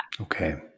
Okay